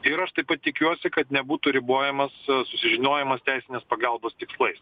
ir aš taip pat tikiuosi kad nebūtų ribojamas susižinojimas teisinės pagalbos tikslais